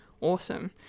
awesome